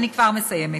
אני כבר מסיימת.